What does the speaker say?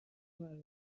عروسی